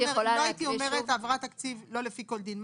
מה החשש אם אני לא אגיד "לפי כל דין"?